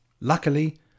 Luckily